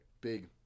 big